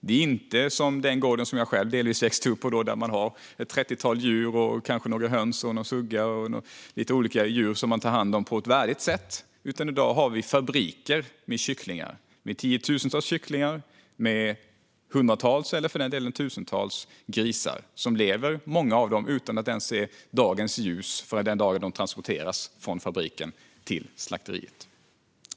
Det är inte som på gården där jag själv delvis växte upp, med ett trettiotal djur, några höns, någon sugga och lite andra djur, som man tog hand om på ett värdigt sätt. I dag har vi i stället fabriker med tiotusentals kycklingar och hundratals eller tusentals grisar. Många av dem lever utan att ens se dagens ljus förrän den dagen de transporteras från fabriken till slakteriet.